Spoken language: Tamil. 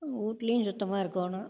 வீட்லயும் சுத்தமாக இருக்கணும்